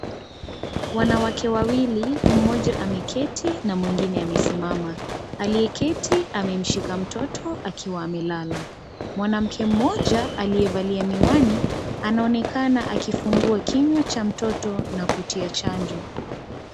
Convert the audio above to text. Wanawake wawili, mmoja ameketi na mwingine amesimama. Aliyeketi amemshika mtoto akiwa amelala. Mwanamke mmoja aliyevalia miwani anaonekana akifungua kinywa cha mtoto na kutia chanjo.